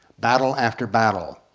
battle after battle,